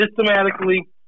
systematically